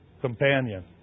companion